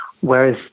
whereas